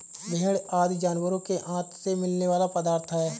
भेंड़ आदि जानवरों के आँत से मिलने वाला पदार्थ है